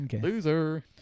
Loser